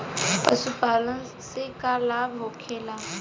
पशुपालन से का लाभ होखेला?